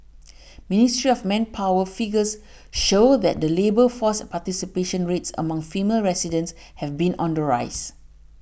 ministry of manpower figures show that the labour force a participation rates among female residents have been on the rise